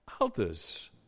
others